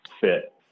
fit